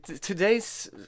today's